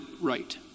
right